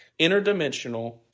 interdimensional